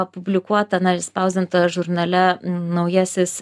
publikuotą na išspausdintą žurnale naujasis